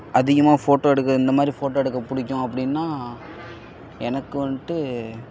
அதிகமாக ஃபோட்டோ எடுக்க இந்த மாதிரி ஃபோட்டோ எடுக்க பிடிக்கும் அப்படின்னா எனக்கு வந்துட்டு